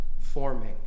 forming